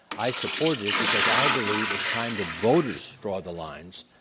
i supported it because i believe it's time the voters draw the line,